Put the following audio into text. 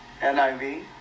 NIV